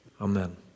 Amen